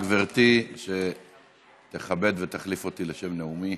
תודה, גברתי, שתתכבד ותחליף אותי לשם נאומי,